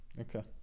Okay